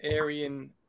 Aryan